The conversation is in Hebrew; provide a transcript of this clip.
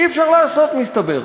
אי-אפשר לעשות, מסתבר.